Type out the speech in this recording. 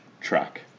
track